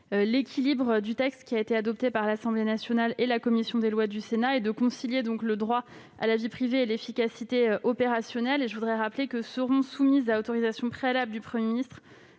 l'équilibre du texte qui a été adopté par l'Assemblée nationale et la commission des lois du Sénat, et de concilier le droit à la vie privée et l'efficacité opérationnelle. Seront soumises à autorisation préalable du Premier ministre,